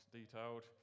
detailed